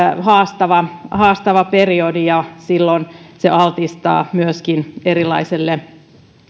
haastava haastava periodi ja silloin se altistaa myöskin erilaisille